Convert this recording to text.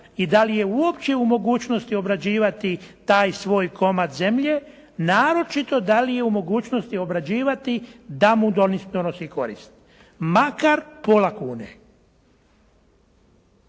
i da li je uopće u mogućnosti obrađivati taj svoj komad zemlje naročito da li je u mogućnosti obrađivati da mu donosi korist makar pola kune.